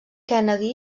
kennedy